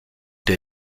der